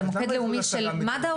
זה מוקד לאומי של מד"א?